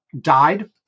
died